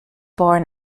born